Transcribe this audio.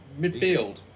Midfield